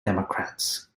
democrats